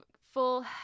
full